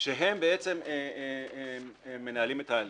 שהם מנהלים את ההליך.